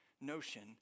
notion